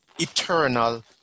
eternal